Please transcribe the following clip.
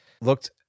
looked